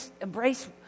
embrace